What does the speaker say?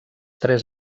tres